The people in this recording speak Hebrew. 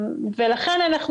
לכן אנחנו